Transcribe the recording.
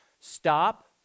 Stop